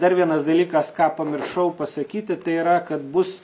dar vienas dalykas ką pamiršau pasakyti tai yra kad bus